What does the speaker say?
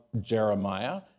Jeremiah